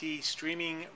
streaming